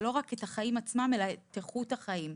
לא רק את החיים עצמם אלא את איכות החיים.